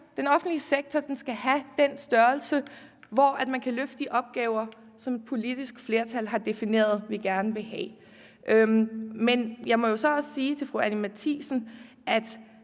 Den offentlige sektor skal have en størrelse, så man kan løfte de opgaver, som det politiske flertal har defineret vi gerne vil have løftet. Men jeg må jo så også sige til fru Anni Matthiesen, at